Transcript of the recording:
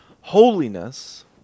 holiness